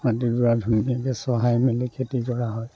মাটিডৰা ধুনীয়াকৈ চহাই মেলি খেতি কৰা হয়